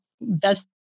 best